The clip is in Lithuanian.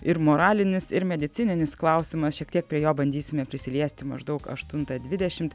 ir moralinis ir medicininis klausimas šiek tiek prie jo bandysime prisiliesti maždaug aštuntą dvidešimt